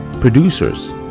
producers